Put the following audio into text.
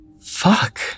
Fuck